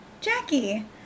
Jackie